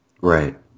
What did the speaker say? right